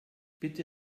bitte